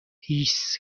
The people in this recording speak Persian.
هیس